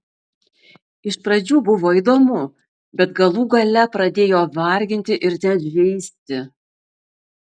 iš pradžių buvo įdomu bet galų gale pradėjo varginti ir net žeisti